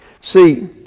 See